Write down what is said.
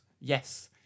Yes